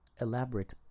elaborate